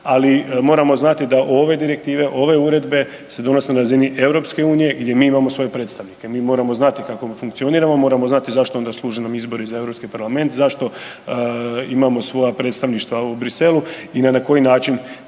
ali moramo znati da ove direktive i ove uredbe se donose na razini EU gdje mi imamo svoje predstavnike. Mi moramo znati kako funkcioniramo, moramo znati zašto onda služe nam izbori za europski parlament, zašto imamo svoja predstavništva u Briselu i na koji način